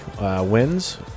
wins